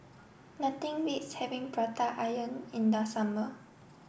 nothing beats having prata onion in the summer